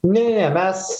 ne mes